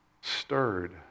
stirred